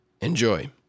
Enjoy